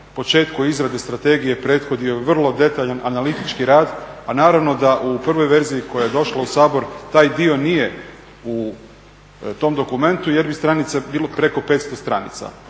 početku izrade strategije prethodio je vrlo detaljan analitički rad a naravno da u prvoj verziji koja je došla u Sabor taj dio nije u tom dokumentu jer bi stranica bilo preko 500.